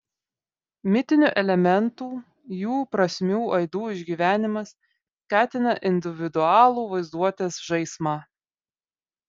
mitinių elementų jų prasmių aidų išgyvenimas skatina individualų vaizduotės žaismą